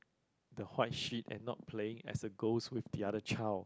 the white sheet and not playing as a ghost with the other child